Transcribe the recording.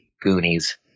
Goonies